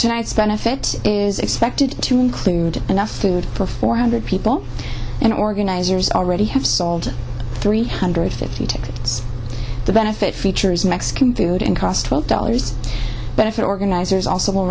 tonight's benefit to spend if it is expected to include enough food for four hundred people and organizers already have sold three hundred fifty tickets the benefit features mexican food and cost twelve dollars benefit organizers also will